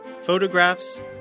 photographs